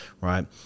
right